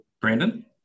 Brandon